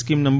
scheme નં